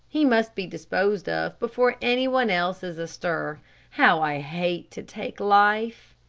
he must be disposed of before anyone else is astir. how i hate to take life.